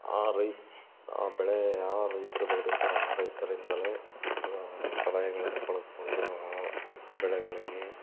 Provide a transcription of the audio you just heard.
ಆ ರೈತ ಆ ಬೆಳೆ ಆ ರೈತರು ಬೆಳ್ದಿರ್ತಾರೆ ಆ ರೈತರಿಂದಲೇ ಸಲಹೆಗಳನ್ನ ಪಡದ್ಕೊಂಡು ಆ ಬೆಳೆಗಳಿಗೆ